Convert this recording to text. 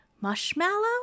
Marshmallow